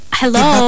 hello